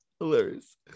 Hilarious